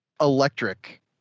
electric